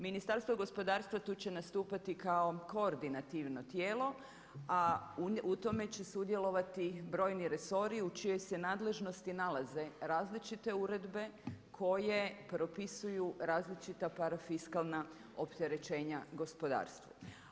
Ministarstvo gospodarstva tu će nastupati kao koordinativno tijelo, a u tome će sudjelovati brojni resori u čijoj se nadležnosti nalaze različite uredbe koje propisuju različita parafiskalna opterećenja gospodarstvu.